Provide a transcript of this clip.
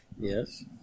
Yes